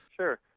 Sure